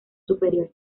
superior